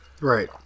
right